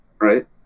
right